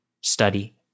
study